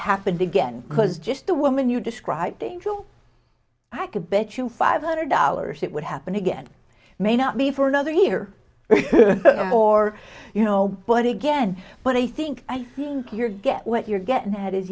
happened again because just the woman you describe things to i could bet you five hundred dollars it would happen again may not be for another year or you know but again but i think i think you're get what you're getting at is